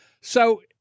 So-